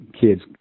kids